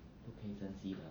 不可以珍惜的